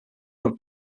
other